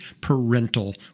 parental